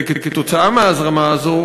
וכתוצאה מההזרמה הזו,